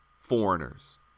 foreigners